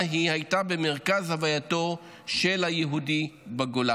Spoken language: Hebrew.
היא הייתה במרכז הווייתו של היהודי בגולה,